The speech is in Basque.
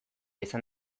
izan